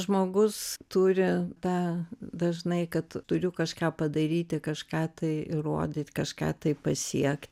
žmogus turi tą dažnai kad turiu kažką padaryti kažką tai įrodyti kažką tai pasiekt